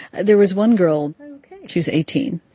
there was one girl she was eighteen,